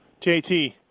JT